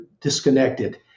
disconnected